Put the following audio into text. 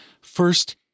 First